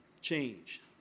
change